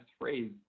phrase